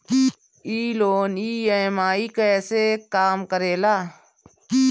ई loan EMI कईसे काम करेला?